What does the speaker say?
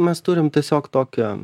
mes turim tiesiog tokią